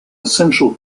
essential